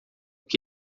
que